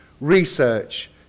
research